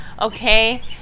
Okay